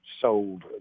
sold